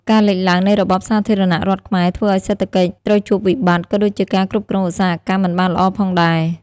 ការលេចឡើង នៃរបបសាធារណរដ្ឋខ្មែរ ធ្វើឲ្យសេដ្ឋកិច្ច ត្រូវជួបវិបត្ត ក៏ដូចជាការគ្រប់គ្រងឧស្សាហកម្មមិនបានល្អផងដែរ។